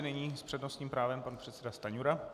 Nyní s přednostním právem pan předseda Stanjura.